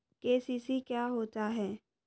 KCC क्या होता है?